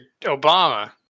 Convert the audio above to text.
Obama